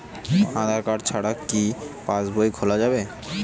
আধার card ছাড়া কি পাসবই খোলা যাবে কি?